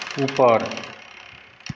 ऊपर